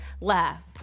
Laugh